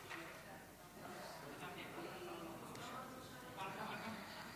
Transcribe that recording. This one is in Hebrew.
להלן תוצאות ההצבעה: